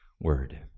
word